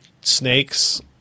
snakes